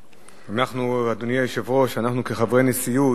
אנחנו, אדוני היושב-ראש, אנחנו, כחברי נשיאות,